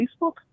Facebook